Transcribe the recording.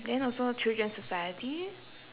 then also children's society